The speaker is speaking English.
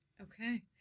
okay